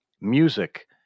Music